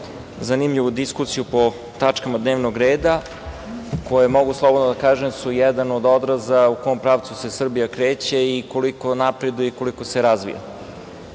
zanimljivu diskusiju po tačkama dnevnog reda koje su, mogu slobodno da kažem, jedan od odraza u kom pravcu se Srbija kreće, koliko napreduje i koliko se razvija.